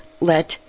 let